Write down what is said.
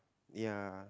ya